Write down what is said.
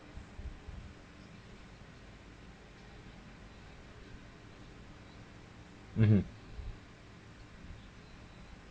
mmhmm